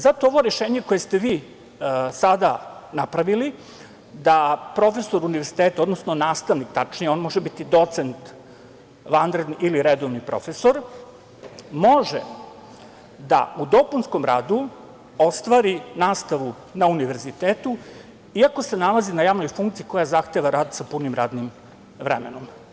Zato ovo rešenje koje ste vi sada napravili, da profesor univerziteta odnosno nastavnik, tačnije, on može biti docent, vanredni ili redovni profesor, može da u dopunskom radu ostvari nastavu na univerzitetu iako se nalazi na javnoj funkciji koja zahteva rad sa punim radnim vremenom.